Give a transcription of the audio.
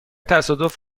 تصادف